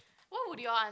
what would your an~